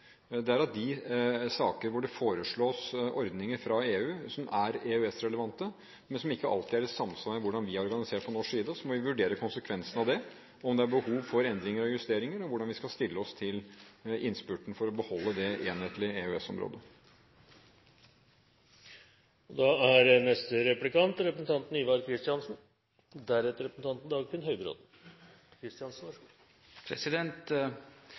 Det er av de saker hvor det foreslås ordninger fra EU som er EØS-relevante, men som ikke alltid er i samsvar med hvordan vi er organisert på norsk side. Så må vi vurdere konsekvensen av det: om det er behov for endringer og justeringer, og hvordan vi skal stille oss til innspurten for å beholde det enhetlige